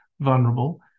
vulnerable